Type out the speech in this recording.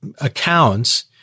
accounts